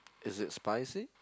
is it spicy